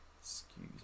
Excuse